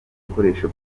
ibikoresho